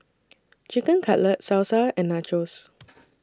Chicken Cutlet Salsa and Nachos